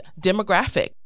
demographic